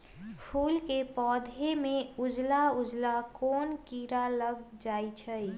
फूल के पौधा में उजला उजला कोन किरा लग जई छइ?